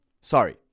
Sorry